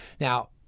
Now